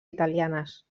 italianes